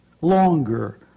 longer